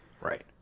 right